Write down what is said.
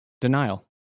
denial